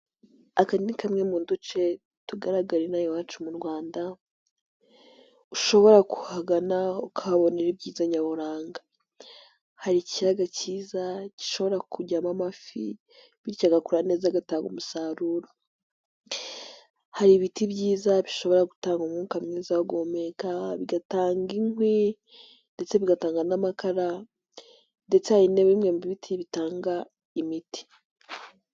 Aka ni kamwe mu duce tugaragararira iwacu mu rwanda ushobora kuhagana ukahabonera ibyiza nyaburanga. Hari ikiyaga kiza gishobora kujyamo amafi bityo agakora neza agatanga umusaruro. Hari ibiti byiza bishobora gutanga umwuka mwiza wo guhumeka bigatanga inkwi ndetse bigatanga n'amakara ndetse hari na bimwe mu biti bitanga imiti.